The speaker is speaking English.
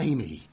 Amy